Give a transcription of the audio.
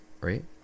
right